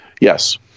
Yes